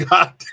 God